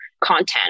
content